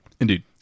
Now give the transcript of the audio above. Indeed